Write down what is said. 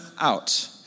out